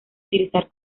utilizar